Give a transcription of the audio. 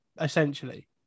essentially